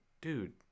Dude